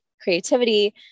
creativity